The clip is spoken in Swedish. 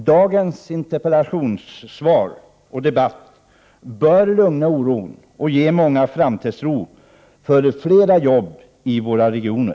Dagens interpellationssvar och debatt bör stilla oron och ge många framtidshopp om flera jobb i våra regioner.